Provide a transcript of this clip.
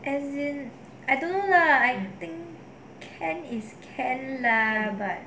as in I don't know lah I think can is can lah but